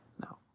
No